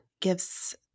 gives